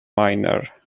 miner